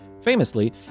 Famously